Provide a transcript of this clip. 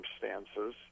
circumstances